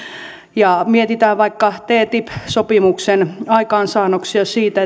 ja mietitään vaikka ttip sopimuksen aikaansaannoksia siitä